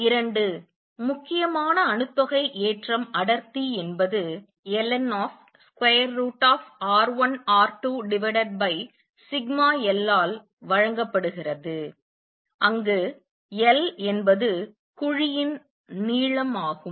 இரண்டு முக்கியமான அணுத்தொகை ஏற்றம் அடர்த்தி என்பது ln√σL ஆல் வழங்கப்படுகிறது அங்கு L என்பது குழியின் நீளம் ஆகும்